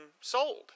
sold